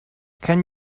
can